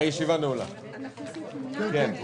הישיבה ננעלה בשעה 11:00.